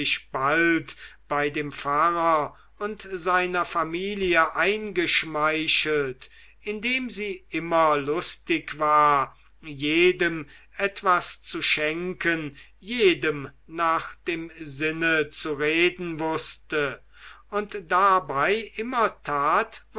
bald bei dem pfarrer und seiner familie eingeschmeichelt indem sie immer lustig war jedem etwas zu schenken jedem nach dem sinne zu reden wußte und dabei immer tat